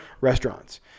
Restaurants